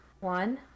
one